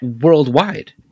worldwide